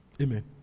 Amen